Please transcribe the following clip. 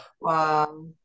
Wow